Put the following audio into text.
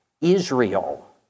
Israel